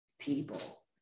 people